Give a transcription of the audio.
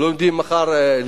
לא יודעים אם ללמוד,